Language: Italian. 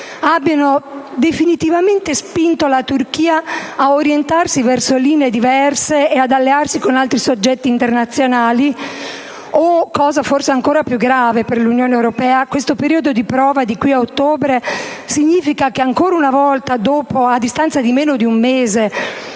abbiano definitivamente spinto la Turchia a orientarsi verso linee diverse e ad allearsi con altri soggetti internazionali? O cosa forse ancora più grave per l'Unione europea - si teme che questo periodo di prova, di qui ad a ottobre, significhi che ancora una volta, a distanza di meno di un mese